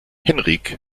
henrik